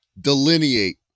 Delineate